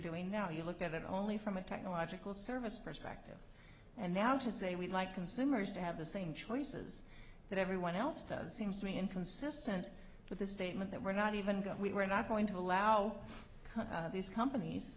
doing now you look at it only from a technological service perspective and now to say we'd like consumers to have the same choices that everyone else does seems to me inconsistent with the statement that we're not even got we're not going to allow these companies